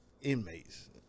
inmates